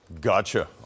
Gotcha